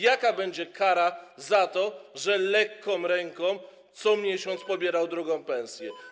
Jaka będzie kara za to, że lekką ręką co miesiąc pobierał drugą pensję?